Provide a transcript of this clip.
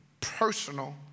personal